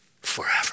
forever